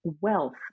wealth